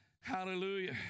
Hallelujah